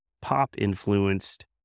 pop-influenced